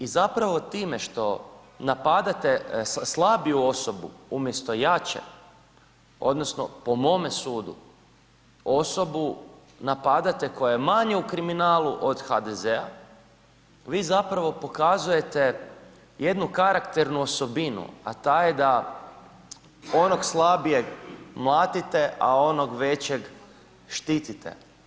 I zapravo time što napadate slabiju osobu umjesto jače odnosno po mome sudu osobu napade koja je manje u kriminalu od HDZ-a, vi zapravo pokazujete jednu karakternu osobinu, a ta je da onog slabijeg mlatite, a onog većeg štitite.